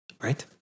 Right